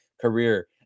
career